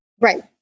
right